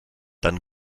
dann